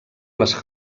les